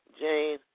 Jane